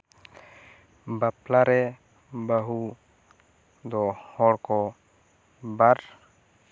ᱵᱟᱯᱞᱟ ᱨᱮ ᱵᱟ ᱦᱩ ᱫᱚ ᱦᱚᱲ ᱠᱚ ᱵᱟᱨ